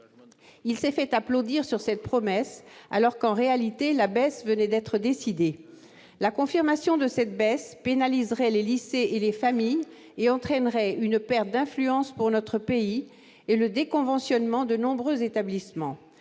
Il s'est fait applaudir sur cette promesse, alors qu'en réalité la baisse venait d'être décidée ... La confirmation de cette baisse pénaliserait les lycées et les familles et entraînerait une perte d'influence pour notre pays et le déconventionnement de nombreux établissements.